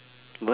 what